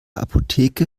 apotheke